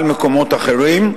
על מקומות אחרים.